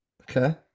Okay